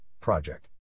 project